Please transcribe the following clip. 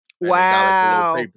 Wow